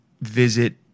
visit